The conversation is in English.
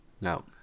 No